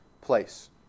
place